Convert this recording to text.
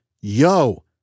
yo